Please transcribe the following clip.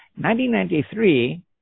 1993